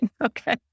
Okay